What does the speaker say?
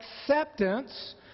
acceptance